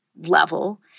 level